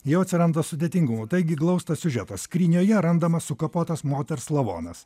jau atsiranda sudėtingumo taigi glaustas siužetas skrynioje randamas sukapotas moters lavonas